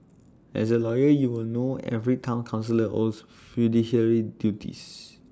as A lawyer you will know every Town councillor owes fiduciary duties